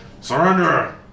surrender